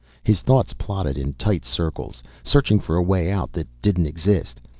his thoughts plodded in tight circles, searching for a way out that didn't exist.